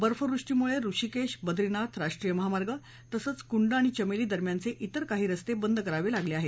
बर्फवृष्टीमुळे ऋषीकेश बद्रीनाथ राष्ट्रीय महामार्ग तसंच कुंड आणि चमेली दरम्यानचे तिर काही रस्ते बंद करावे लागले आहेत